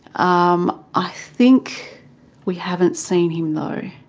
um i think we haven't seen him though.